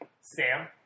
Sam